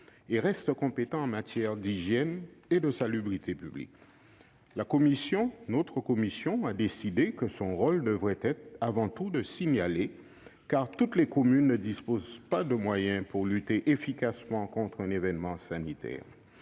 et reste compétent en matière d'hygiène et de salubrité publique. La commission a décidé que son rôle devait être avant tout de signaler, car toutes les communes ne disposent pas de moyens pour lutter efficacement contre un événement sanitaire.